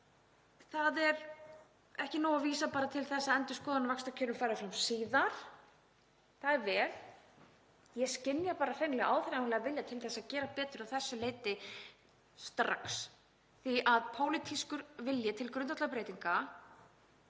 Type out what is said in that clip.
það er ekki nóg að vísa bara til þess að endurskoðun á vaxtakjörum fari fram síðar. Það er vel. Ég skynja hreinlega áþreifanlegan vilja til að gera betur að þessu leyti strax, því að pólitískur vilji til grundvallarbreytinga